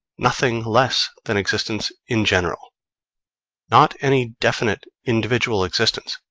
nothing less than existence in general not any definite individual existence.